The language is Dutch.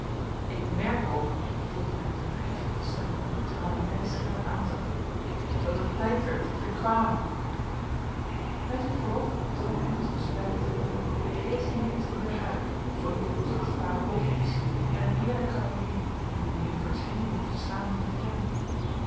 ik merk ook vervolgde hij met een verheffing van stem en terwijl hij mij scherp aanzag dat het tijd werd dat ik kwame met uw verlof zeide heynsz tusschen beiden tredende deze heer is de heer huyck zoon van onzen achtbaren hoofdofficier en een eerlijk cavalier wien mejuffer zich niet behoeft te schamen van te kennen